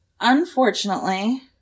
unfortunately